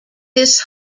this